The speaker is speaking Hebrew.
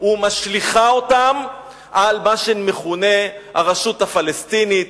ומשליכה אותן על מה שמכונה "הרשות הפלסטינית",